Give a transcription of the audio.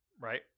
right